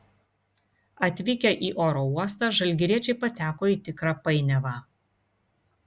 atvykę į oro uostą žalgiriečiai pateko į tikrą painiavą